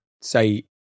say